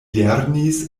lernis